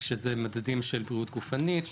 שזה מדדים של בריאות גופנית,